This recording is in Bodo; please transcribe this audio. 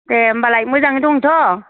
दे होनबालाय मोजाङै दंथ'